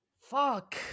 Fuck